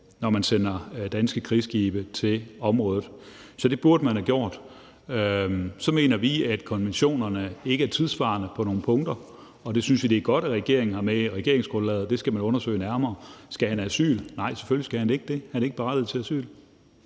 når man har sendt danske krigsskibe til området. Så det burde man have gjort. Så mener vi, at konventionerne ikke er tidssvarende på nogle punkter, og vi synes, det er godt, at regeringen har med i regeringsgrundlaget, at man skal undersøge det nærmere. Skal han have asyl? Nej, selvfølgelig skal han ikke det. Han er ikke berettiget til asyl.